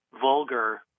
vulgar